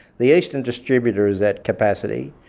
the eastern distributor is at capacity,